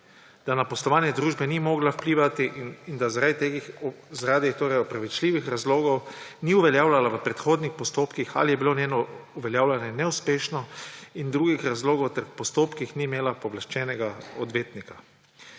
da na poslovanje družbe ni mogla vplivati in tega zaradi opravičljivih razlogov ni uveljavljala v prehodnih postopkih ali je bilo njeno uveljavljanje neuspešno iz drugih razlogov ter v teh postopkih ni imela pooblaščenega odvetnika«.